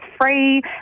free